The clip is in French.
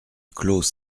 clos